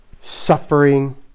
suffering